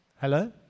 Hello